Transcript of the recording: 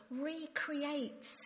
recreates